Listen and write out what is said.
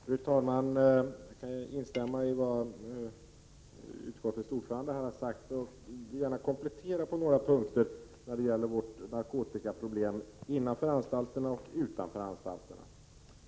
Fru talman! Jag kan instämma i det som utskottets ordförande har sagt, och jag vill gärna komplettera på några punkter när det gäller narkotikaproblemet innanför och utanför anstalterna.